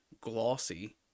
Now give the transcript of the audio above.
glossy